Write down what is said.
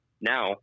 now